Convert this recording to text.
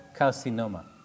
carcinoma